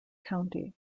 county